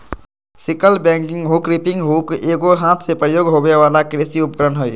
sickle bagging hook, reaping hook एगो हाथ से प्रयोग होबे वला कृषि उपकरण हइ